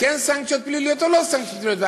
כן סנקציות פליליות או לא סנקציות פליליות,